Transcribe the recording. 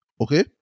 Okay